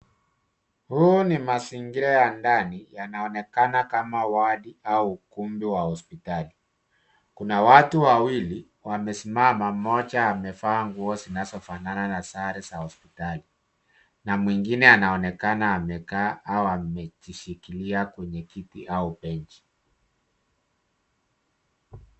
Huu ni mazingira ya ndani, yanaonekana kama wadi au ukumbi wa hospitali. Kuna watu wawili wamesimama, mmoja amevaa nguo zinazofanana na sare za hospitali. Na mwingine anaonekana amekaa au amejishikilia kwenye kiti au benchi.